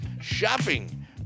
Shopping